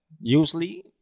usually